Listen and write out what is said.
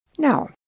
Now